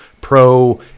pro